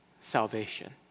salvation